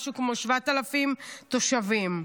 משהו כמו 7,000 תושבים.